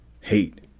hate